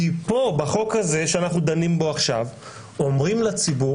כי בחוק הזה שאנחנו דנים בו עכשיו אומרים לציבור